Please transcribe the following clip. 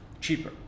cheaper